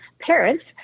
parents